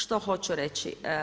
Što hoću reći?